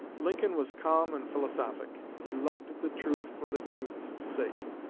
lincoln was calm and philosophic. he loved the truth for the truth's sake.